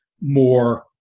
more